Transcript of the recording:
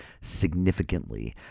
significantly